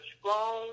strong